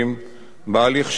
בהליך של בחינת החוזה.